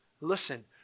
listen